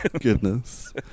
Goodness